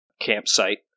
campsite